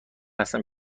هستم